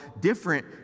different